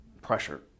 pressure